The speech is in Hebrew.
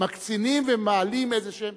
מקצינים ומעלים איזשהו,